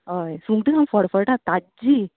हय सुंगटा सामकीं फडफडटात ताज्जी